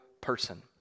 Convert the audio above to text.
person